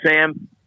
Sam